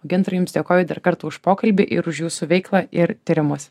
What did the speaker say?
gintarai jums dėkoju dar kartą už pokalbį ir už jūsų veiklą ir tyrimus